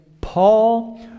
Paul